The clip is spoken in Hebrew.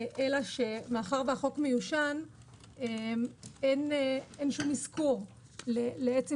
אלא שמאחר והחוק מיושן אין שום אזכור לעצם